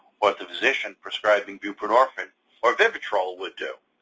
but the physician prescribing buprenorphine or vivitrol would do.